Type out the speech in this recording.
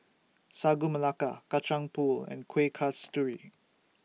Sagu Melaka Kacang Pool and Kueh Kasturi